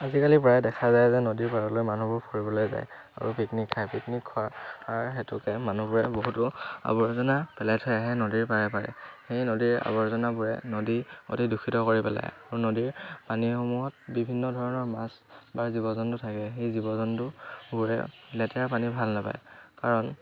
আজিকালি প্ৰায় দেখা যায় যে নদীৰ পাৰলৈ মানুহবোৰ ফুৰিবলৈ যায় আৰু পিকনিক খায় পিকনিক খোৱাৰ হেতুকে মানুহবোৰে বহুতো আৱৰ্জনা পেলাই থৈ আহে নদীৰ পাৰে পাৰে সেই নদীৰ আৱৰ্জনাবোৰে নদী অতি দূষিত কৰি পেলায় আৰু নদীৰ পানীসমূহত বিভিন্ন ধৰণৰ মাছ বা জীৱ জন্তু থাকে সেই জীৱ জন্তুবোৰে লেতেৰা পানী ভাল নাপায় কাৰণ